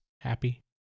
Happy